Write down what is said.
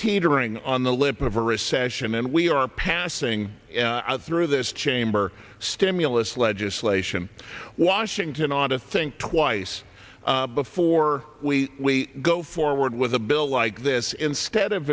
teetering on the lip of a recession and we are passing through this chamber stimulus legislation washington on to think twice before we go forward with a bill like this instead of